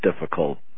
difficult